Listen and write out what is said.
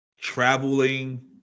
traveling